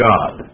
God